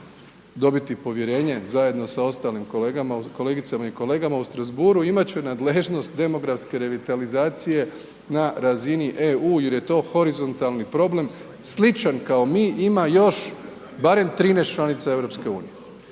dobiti povjerenje zajedno sa ostalim kolegicama i kolegama u Strasbourgu imat će nadležnost demografske revitalizacije na razini EU jer je to horizontalni problem sličan kao mi ima barem još 13 članica EU.